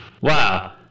Wow